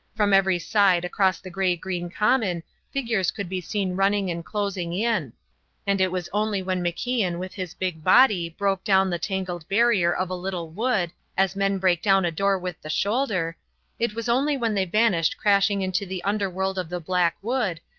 from every side across the grey-green common figures could be seen running and closing in and it was only when macian with his big body broke down the tangled barrier of a little wood, as men break down a door with the shoulder it was only when they vanished crashing into the underworld of the black wood,